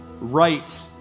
right